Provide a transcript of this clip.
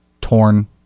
torn